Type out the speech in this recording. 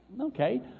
Okay